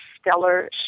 Stellar